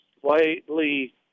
slightly